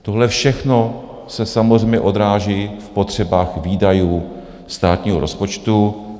Tohle všechno se samozřejmě odráží v potřebách výdajů státního rozpočtu.